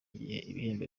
ibihembo